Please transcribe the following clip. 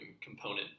component